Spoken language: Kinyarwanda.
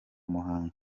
muhanga